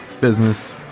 Business